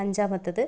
അഞ്ചാമത്തത്